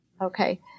Okay